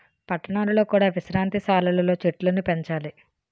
పట్టణాలలో కూడా విశ్రాంతి సాలలు లో చెట్టులను పెంచాలి